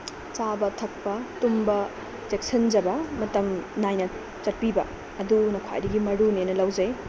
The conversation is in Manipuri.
ꯆꯥꯕ ꯊꯛꯄ ꯇꯨꯝꯕ ꯆꯦꯛꯆꯤꯟꯖꯕ ꯃꯇꯝ ꯅꯥꯏꯅ ꯆꯠꯄꯤꯕ ꯑꯗꯨꯅ ꯈ꯭ꯋꯥꯏꯗꯒꯤ ꯃꯔꯨꯅꯦꯅ ꯂꯧꯖꯩ